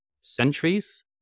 centuries